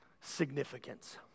significance